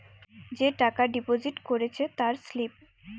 যে টাকা ডিপোজিট করেছে তার স্লিপ